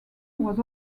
was